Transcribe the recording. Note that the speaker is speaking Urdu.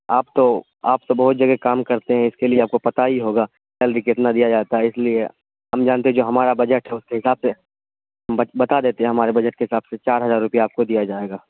آپ تو آپ تو بہت جگہ کام کرتے ہیں اس کے لیے آپ کو پتہ ہی ہوگا سیلری کتنا دیا جاتا ہے اس لیے ہم جانتے ہیں جو ہمارا بجٹ ہے اس کے حساب سے ہم بتا دیتے ہیں ہمارے بجٹ کے حساب سے چار ہزار روپیہ آپ کو دیا جائے گا